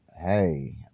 Hey